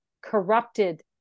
corrupted